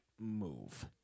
move